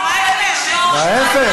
ההפך.